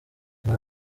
hari